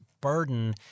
burden